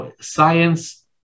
science